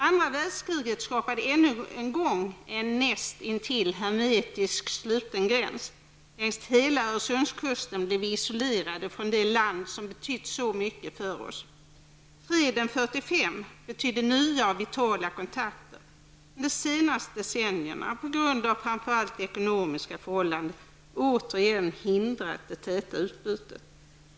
Andra världskriget skapade ännu en gång en näst intill hermetiskt sluten gräns. Längs hela Öresundskusten blev vi isolerade från det land som betytt så mycket för oss. Freden 1945 betydde nya och vitala kontakter. Under de senaste decennierna har framför allt ekonomiska förhållanden återigen hindrat det täta utbytet.